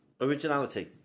Originality